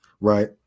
right